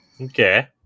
Okay